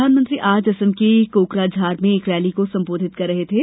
प्रधानमंत्री आज असम के कोकराझार में एक रैली को संबोधित कर रहे थे